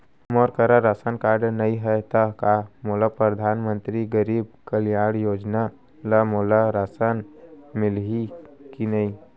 मोर करा ration card नहीं है त का मोल परधानमंतरी गरीब कल्याण योजना ल मोला राशन मिलही कि नहीं?